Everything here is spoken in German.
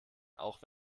auch